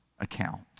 account